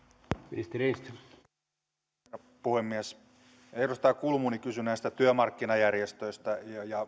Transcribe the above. arvoisa puhemies edustaja kulmuni kysyi työmarkkinajärjestöistä